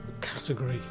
category